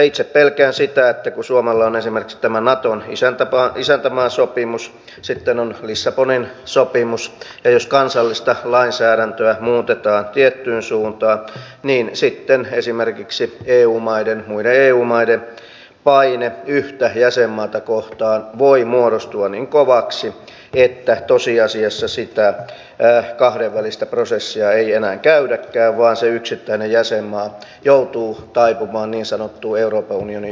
itse pelkään sitä että kun suomella on esimerkiksi tämä naton isäntämaasopimus ja sitten on lissabonin sopimus ja jos kansallista lainsäädäntöä muutetaan tiettyyn suuntaan niin sitten esimerkiksi muiden eu maiden paine yhtä jäsenmaata kohtaan voi muodostua niin kovaksi että tosiasiassa sitä kahdenvälistä prosessia ei enää käydäkään vaan se yksittäinen jäsenmaa joutuu taipumaan niin sanottuun euroopan unionin yhteiseen tahtoon